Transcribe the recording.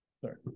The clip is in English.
Sorry